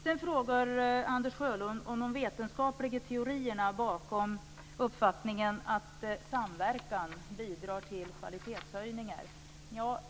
Sedan frågade Anders Sjölund om de vetenskapliga teorierna bakom uppfattningen att samverkan bidrar till kvalitetshöjningar.